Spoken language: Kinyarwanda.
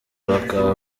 bakaba